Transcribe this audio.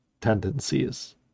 tendencies